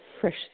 fresh